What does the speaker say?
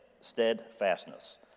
steadfastness